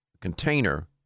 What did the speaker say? container